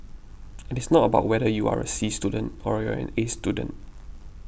and it's not about whether you are a C student or you're an A student